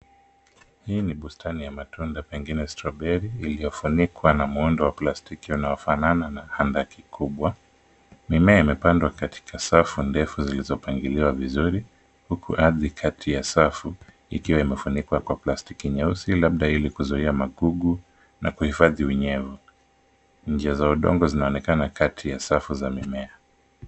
Hii ni bustani ya matunda pengine trawberry iliyo funikwa na muundo wa plastiki unaofanana na handaki kubwa. Mimea imepandwa katika safu ndefu zilizopangiliwa vizuri huku ardhi kati ya safu ikiwa imefunikwa kwa plastiki nyeusi labda ili kuzuia magugu na kuhifadhi unyevu. Njia za udongo zinaonekana kati ya safu za mimea.